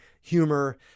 humor